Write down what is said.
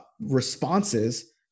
responses